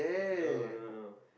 no no no